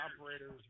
operators